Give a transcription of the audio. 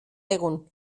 egun